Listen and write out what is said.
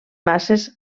masses